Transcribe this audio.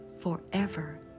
forever